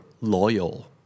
loyal